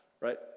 right